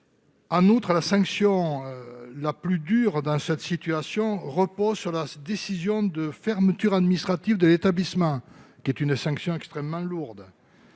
En outre, la sanction la plus dure dans cette situation repose sur la décision de fermeture administrative de l'établissement- une sanction extrêmement lourde.